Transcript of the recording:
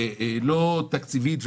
לא תקציבית,